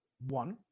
One